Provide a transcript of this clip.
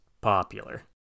popular